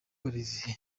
olivier